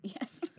Yes